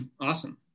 Awesome